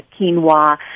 quinoa